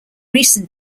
recent